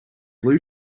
blue